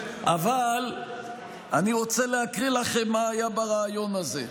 אבל אני רוצה להקריא לכם מה היה בריאיון הזה.